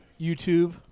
YouTube